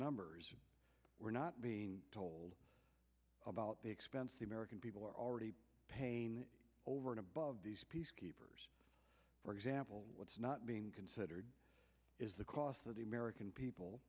numbers we're not being told about the expense the american people are already paying over and above these peacekeepers for example what's not being considered is the cost to the american people